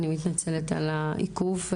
אני מתנצלת על העיכוב,